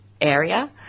area